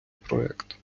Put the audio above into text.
проект